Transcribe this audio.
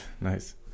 Nice